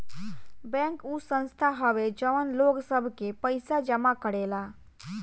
bank उ संस्था हवे जवन लोग सब के पइसा जमा करेला